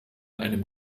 einem